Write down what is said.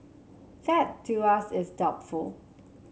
that to us is doubtful